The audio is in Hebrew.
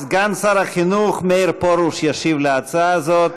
סגן שר החינוך מאיר פרוש ישיב על ההצעה הזאת.